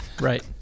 Right